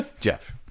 Jeff